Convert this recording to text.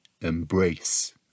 embrace